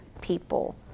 people